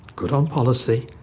good on policy,